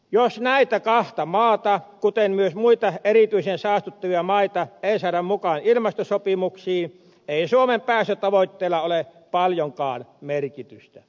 jos näitä kahta maata kuten myös muita erityisen saastuttavia maita ei saada mukaan ilmastosopimuksiin ei suomen päästötavoitteilla ole paljonkaan merkitystä